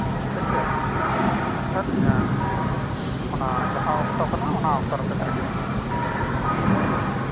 ᱴᱷᱤᱠ ᱜᱮᱭᱟ ᱮᱱᱠᱷᱟᱱ ᱤᱧᱟᱹᱜ ᱡᱟᱦᱟᱸ ᱚᱠᱛᱚ ᱠᱟᱱᱟ ᱚᱱᱟ ᱚᱠᱛᱚ ᱱᱟᱹᱯᱤᱛ ᱨᱮᱜᱮ ᱤᱧ ᱧᱟᱢ ᱢᱟ